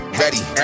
ready